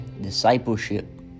discipleship